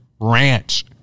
Ranch